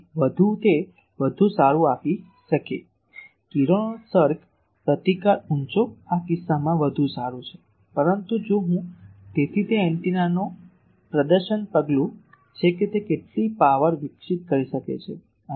તેથી વધુ તે વધુ સારું આપી શકે કિરણોત્સર્ગ પ્રતિકાર ઊંચો આ કિસ્સામાં વધુ સારું છે પરંતુ જો હું તેથી તે એન્ટેનાનું પ્રદર્શન પગલું છે કે તે કેટલી પાવર વિકસિત કરી શકે છે